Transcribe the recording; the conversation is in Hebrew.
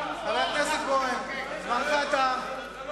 חבר הכנסת בוים, זמנך תם.